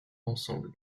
ensemble